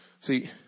See